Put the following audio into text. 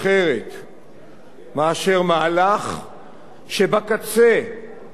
מאשר מהלך שבקצה יביא את התוצאה,